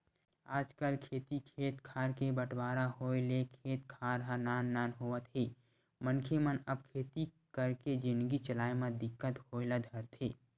आजकल खेती खेत खार के बंटवारा होय ले खेत खार ह नान नान होवत हे मनखे मन अब खेती करके जिनगी चलाय म दिक्कत होय ल धरथे